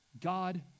God